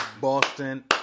Boston